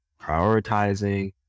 prioritizing